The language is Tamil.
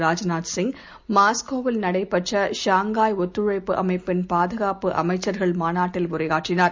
ராஜ்நாத்சிங் மாஸ்கோவில்நடைபெற்றஷாங்காய்ஒத்துழைப்புஅமைப்பின்பாதுகாப்புஅமைச்சர்க ள்மாநாட்டில்உரையாற்றினார்